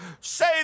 say